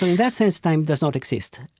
that sense, time does not exist,